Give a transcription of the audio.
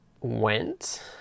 went